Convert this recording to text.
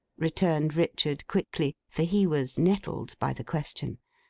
returned richard quickly, for he was nettled by the question.